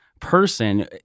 person